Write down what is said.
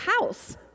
house